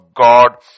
God